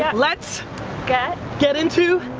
yeah let's get get into